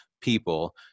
people